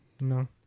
No